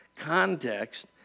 Context